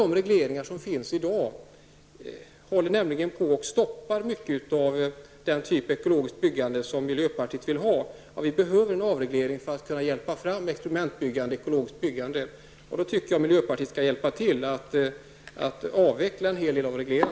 De regleringar som finns i dag stoppar nämligen mycket av den typ av ekologiskt byggande som miljöpartiet vill ha. Vi behöver en avreglering för att stimulera experimentbyggande och ekologiskt byggande. Jag tycker att miljöpartiet skall hjälpa till att avreglera.